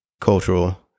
cultural